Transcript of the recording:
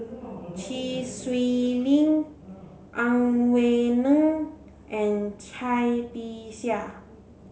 Chee Swee Lee Ang Wei Neng and Cai Bixia